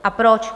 A proč?